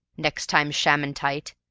next time shammin' tight,